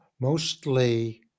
mostly